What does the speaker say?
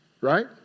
Right